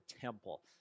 temple